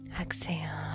Exhale